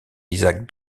isaac